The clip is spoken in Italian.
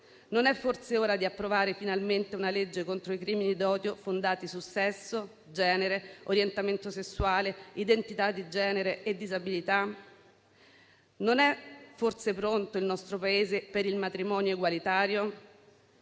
Non è forse ora di approvare finalmente una legge contro i crimini d'odio fondati su sesso, genere, orientamento sessuale, identità di genere e disabilità? Non è forse pronto il nostro Paese per il matrimonio egualitario?